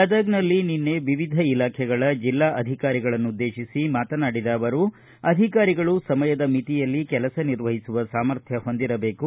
ಗದಗನಲ್ಲಿ ನಿನ್ನೆ ವಿವಿಧ ಇಲಾಖೆಗಳ ಜಿಲ್ಲಾ ಅಧಿಕಾರಿಗಳನ್ನುದ್ದೇತಿಸಿ ಮಾತನಾಡಿದ ಅವರು ಅಧಿಕಾರಿಗಳು ಸಮಯದ ಮಿತಿಯಲ್ಲಿ ಕೆಲಸ ನಿರ್ವಹಿಸುವ ಸಾಮರ್ಥ್ಯ ಹೊಂದಿರಬೇಕು